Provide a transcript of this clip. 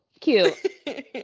cute